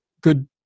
good